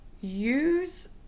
use